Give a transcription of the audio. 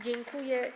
Dziękuję.